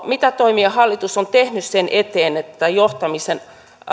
mitä toimia hallitus on tehnyt sen eteen että johtamisen